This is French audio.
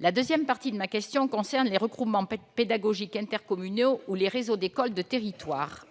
La seconde partie de ma question concerne les regroupements pédagogiques intercommunaux, ou réseaux d'écoles de territoire.